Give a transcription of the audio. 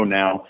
now